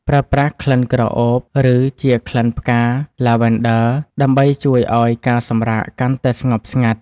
ប្រើប្រាស់ក្លិនក្រអូប ដូចជាក្លិនផ្កាឡាវែនឌ័រ ដើម្បីជួយឱ្យការសម្រាកកាន់តែស្ងប់ស្ងាត់។